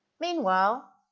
meanwhile